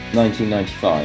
1995